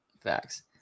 Facts